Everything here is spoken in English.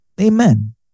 Amen